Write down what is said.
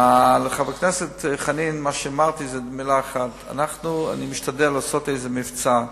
לחבר הכנסת חנין, אני משתדל לעשות איזה מבצע,